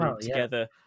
together